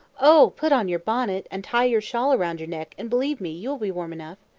oh! put on your bonnet, and tie your shawl round your neck, and, believe me, you will be warm enough.